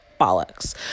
bollocks